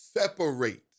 separate